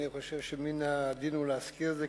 אני חושב שמן הדין הוא להזכיר את זה,